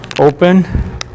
open